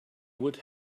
would